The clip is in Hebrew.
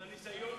של הניסיון,